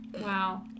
Wow